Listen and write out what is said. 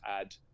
add